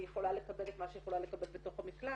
היא יכולה לקבל את מה שהיא יכולה לקבל בתוך המקלט,